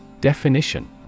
Definition